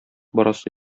барасы